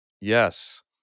Yes